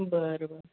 बरं बरं